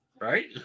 Right